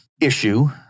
issue